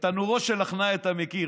את תנורו של עכנאי אתה מכיר.